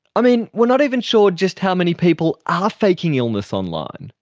i mean, we're not even sure just how many people are faking illness online.